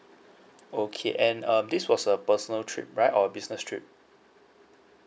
okay and um this was a personal trip right or a business trip